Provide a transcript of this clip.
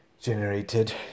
generated